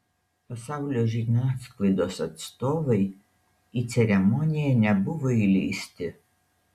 pasaulio žiniasklaidos atstovai į ceremoniją nebuvo įleisti